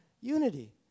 Unity